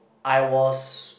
I was